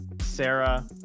Sarah